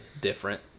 different